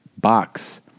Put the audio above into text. box